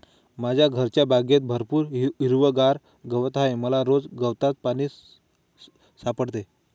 माझ्या घरच्या बागेत भरपूर हिरवागार गवत आहे मला रोज गवतात पाणी सापडते